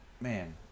man